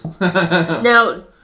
Now